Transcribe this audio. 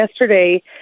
yesterday